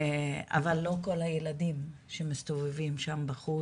אבל לא כל הילדים שמסתובבים שם בחוץ,